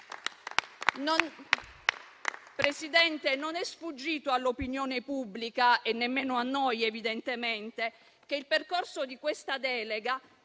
Presidente, non è sfuggito all'opinione pubblica e nemmeno a noi, evidentemente, che il percorso di questa delega